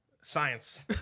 Science